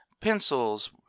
Pencils